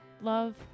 love